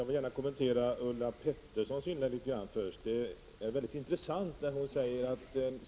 Fru talman! Jag ber om ursäkt.